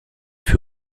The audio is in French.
fut